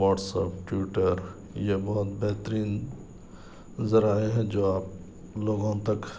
what's app Twitter یہ بہت بہترین ذرائع ہیں جو آپ لوگوں تک